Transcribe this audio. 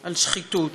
על שחיתות.